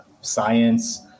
science